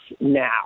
now –